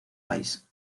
país